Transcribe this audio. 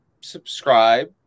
subscribe